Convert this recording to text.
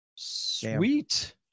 sweet